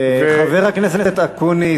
חבר הכנסת אקוניס.